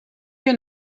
you